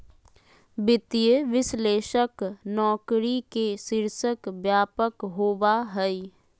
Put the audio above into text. वित्तीय विश्लेषक नौकरी के शीर्षक व्यापक होबा हइ